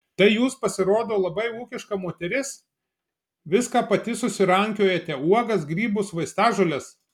tai jūs pasirodo labai ūkiška moteris viską pati susirankiojate uogas grybus vaistažoles